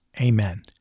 Amen